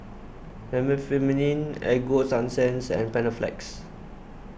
Remifemin Ego Sunsense and Panaflex